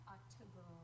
October